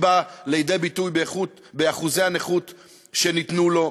באה לידי ביטוי באחוזי הנכות שניתנו לו.